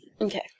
Okay